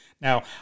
Now